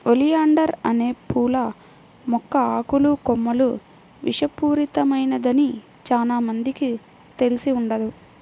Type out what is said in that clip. oleander అనే పూల మొక్క ఆకులు, కొమ్మలు విషపూరితమైనదని చానా మందికి తెలిసి ఉండదు